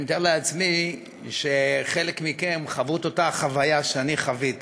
ואני מתאר לעצמי שחלק מכם חוו את אותה חוויה שאני חוויתי,